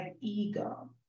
ego